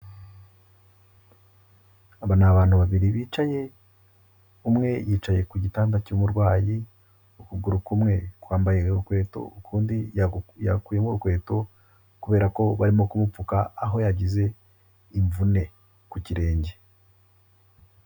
Aba ni abantu babiri bicaye, umwe yicaye ku gitanda cy'abarwayi, ukuguru kumwe kwambaye urukweto, ukundi yagukuyemo urukweto, kubera ko barimo kumupfuka aho yagize imvune ku kirenge.